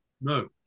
No